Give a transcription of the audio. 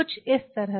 कुछ इस तरह